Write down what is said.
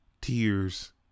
tears